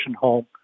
home